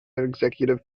executive